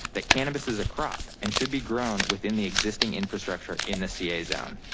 that cannabis is a crop and should be grown within the existing infrastructure in the ca zone.